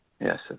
Yes